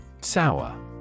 Sour